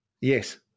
Yes